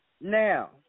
Now